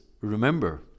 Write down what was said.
remember